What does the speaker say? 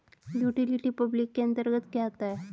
Utility public के अंतर्गत क्या आता है?